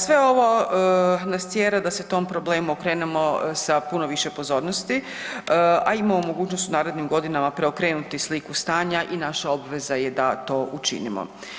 Sve ovo nas tjera da se tom problemu okrenemo sa puno više pozornosti, a imamo mogućnost u narednim godinama preokrenuti sliku stanja i naša obveza je da to učinimo.